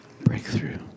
Breakthrough